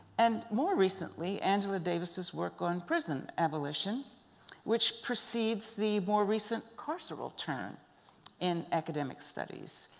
and more recently, angela davis' work on prison abolition which precedes the more recent carceral turn in academic studies.